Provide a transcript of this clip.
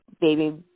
baby